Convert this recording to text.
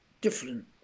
Different